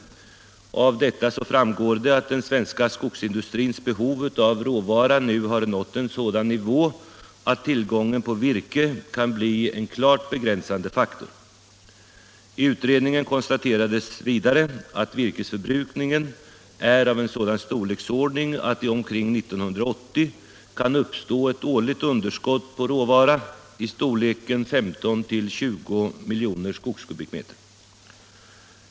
Av det framgår att den svenska skogsindustrins behov av råvara nu har nått en sådan nivå, att tillgången på virke kan bli en klart begränsande faktor. I utredningen konstateras att virkesförbrukningen är av sådan storlek att det omkring 1980 kan uppstå ett årligt underskott på råvara i storleken 15-20 miljoner skogskubikmeter.